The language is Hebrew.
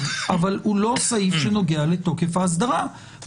אבל הוא לא סעיף שנוגע לתוקף האסדרה.